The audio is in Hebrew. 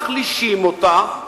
מחלישים אותה,